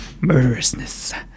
Murderousness